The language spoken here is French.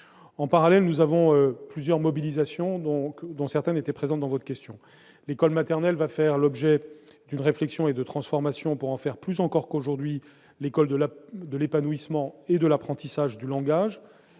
En parallèle, plusieurs mobilisations sont prévues, dont certaines étaient mentionnées dans votre question. L'école maternelle va faire l'objet d'une réflexion et de transformations, afin qu'elle soit, plus encore qu'aujourd'hui, l'école de l'épanouissement et de l'apprentissage du langage.